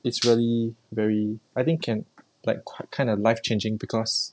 it's really very I think can like quite kind of life changing because